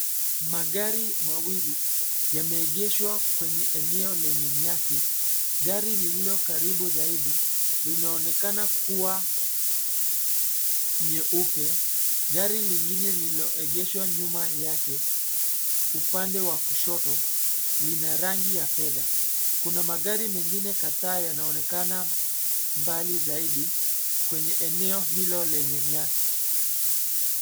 Magari mawili yameegeshwa kwenye eneo lenye nyasi. Gari lililo karibu zaidi, linaonekana kuwa nyeupe. Gari lingine lililoegeshwa nyuma yake, upande wa kushoto, lina rangi ya fedha. Kuna magari mengine kadhaa yanaonekana mbali zaidi kwenye eneo hilo lenye nyasi.